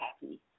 happy